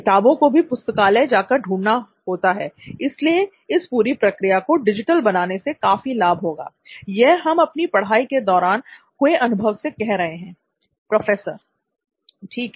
किताबो को भी पुस्तकालय जाकर ढूंढना होता है l इसलिए इस पूरी प्रक्रिया को डिजिटल बनाने से काफी लाभ होगा l ये हम अपनी पढाई के दौरान हुए अनुभव से कह रहे हैं l प्रोफेसर ठीक है